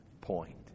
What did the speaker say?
point